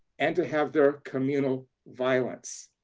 and to have their communal violence.